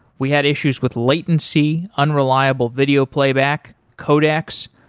we had issues with latency, unreliable video playback, codecs.